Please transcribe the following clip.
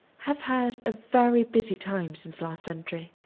have had a very busy time since last entry.